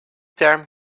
term